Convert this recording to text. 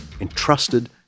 entrusted